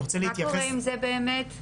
מה קורה עם זה באמת?